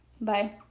Bye